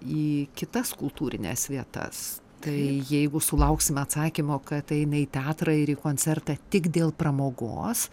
į kitas kultūrines vietas tai jeigu sulauksime atsakymo kad eina į teatrą ir į koncertą tik dėl pramogos